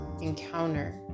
encounter